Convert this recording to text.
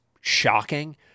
shocking